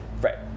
Right